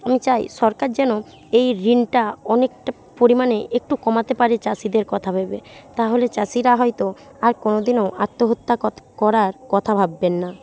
আমি চাই সরকার যেন এই ঋণটা অনেকটা পরিমাণে একটু কমাতে পারে চাষিদের কথা ভেবে তাহলে চাষিরা হয়তো আর কোনও দিনও আত্মহত্যা করার কথা ভাববেন না